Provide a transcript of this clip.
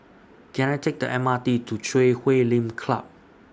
Can I Take The M R T to Chui Huay Lim Club